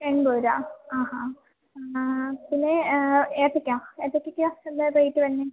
എൺപത് രൂപ ആ ആ ആ പിന്നെ ഏത്തക്ക ഏത്തക്കയ്ക്കോ എന്താ റേറ്റ് വരുന്നത്